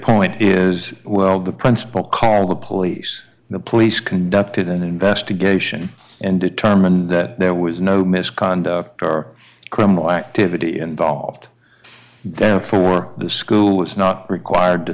point is well the principal called the police the police conducted an investigation and determined there was no misconduct or criminal activity involved therefore the school is not required to